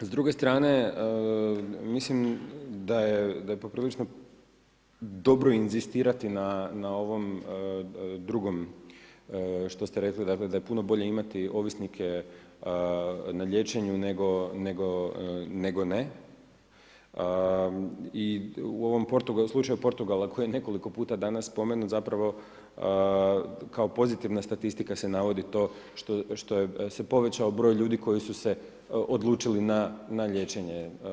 S druge strane mislim da je poprilično dobro inzistirati na ovom drugom što ste rekli, dakle da je puno bolje imati ovisnike na liječenju nego ne i u ovom slučaju Portugala koji je nekoliko puta danas spomenut, zapravo kao pozitivna statistika se navodi to što se povećao broj ljudi koji su se odlučili na liječenje.